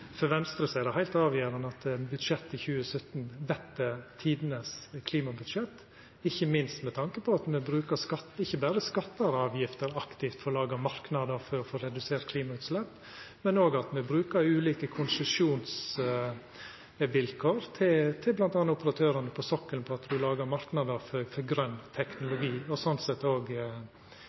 for Venstre er det heilt avgjerande at budsjettet for 2017 vert tidenes klimabudsjett, ikkje minst med tanke på at me ikkje berre bruker skattar og avgifter aktivt for å laga marknader for å få redusert klimagassutsleppa, men òg at me bruker ulike konsesjonsvilkår for bl.a. operatørane på sokkelen for å laga marknader for grøn teknologi og sånn sett